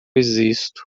existo